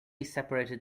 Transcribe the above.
separated